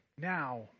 now